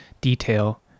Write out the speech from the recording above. detail